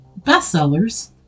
bestsellers